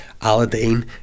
Aladdin